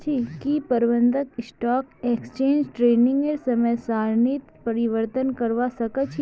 की प्रबंधक stock exchange ट्रेडिंगेर समय सारणीत परिवर्तन करवा सके छी